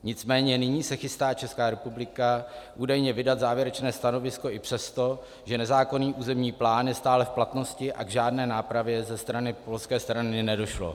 Nicméně nyní se chystá Česká republika údajně vydat závěrečné stanovisko i přesto, že nezákonný územní plán je stále v platnosti a k žádné nápravě z polské strany nedošlo.